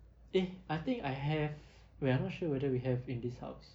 eh I think I have wait I'm not sure whether we have in this house